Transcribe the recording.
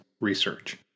research